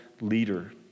leader